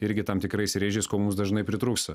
irgi tam tikrais rėžiais ko mums dažnai pritrūksta